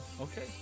Okay